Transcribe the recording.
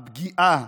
הפגיעה,